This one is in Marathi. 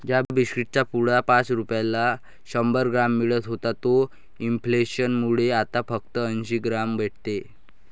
ज्या बिस्कीट चा पुडा पाच रुपयाला शंभर ग्राम मिळत होता तोच इंफ्लेसन मुळे आता फक्त अंसी ग्राम भेटते